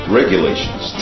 regulations